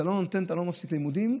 אתה לא מפסיק לימודים.